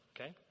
Okay